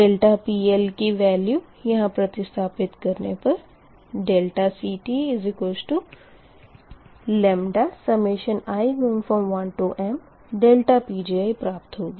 PL की value यहाँ प्रतिस्थपित करने पर CTλi1m Pgi प्राप्त होगा